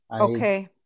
Okay